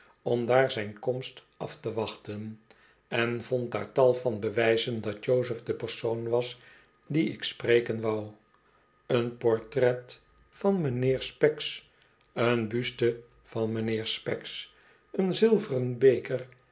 om daar zijn komst af te wachten en vond daar tal van bewijzen dat jozef de persoon was dien ik spreken wou een portret van mijnheer specks een buste van mijnheer specks een zilveren beker